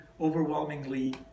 overwhelmingly